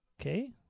Okay